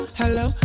hello